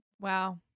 Wow